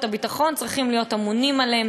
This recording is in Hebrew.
הביטחון צריכים להיות אמונים עליהם,